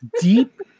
deep